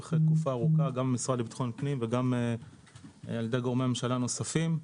לאורך תקופה ארוכה גם במשרד לביטחון פנים וגם בידי גורמי ממשלה הנוספים.